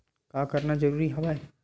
का करना जरूरी हवय?